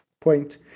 point